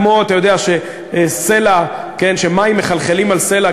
כמו מים שמחלחלים על סלע,